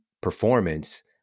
performance